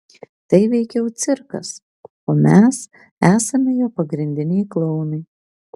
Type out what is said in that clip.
tai veikiau cirkas o mes esame jo pagrindiniai klounai